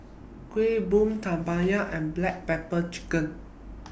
Kueh Bom Tempoyak and Black Pepper Chicken